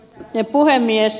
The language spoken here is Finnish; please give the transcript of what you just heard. arvoisa puhemies